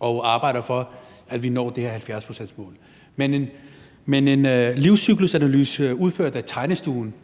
og arbejder for, at vi når det her 70-procentsmål, men i en livscyklusanalyse udført af Tegnestuen